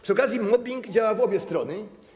Przy okazji - mobbing działa w obie strony.